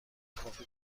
کافی